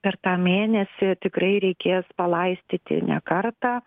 per tą mėnesį tikrai reikės palaistyti ne kartą